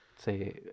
Say